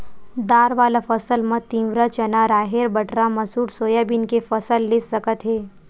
दार वाला फसल म तिंवरा, चना, राहेर, बटरा, मसूर, सोयाबीन के फसल ले सकत हे